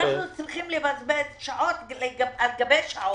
אנחנו צריכים לבזבז שעות על גבי שעות,